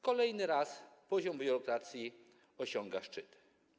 Kolejny raz poziom biurokracji osiąga szczyt.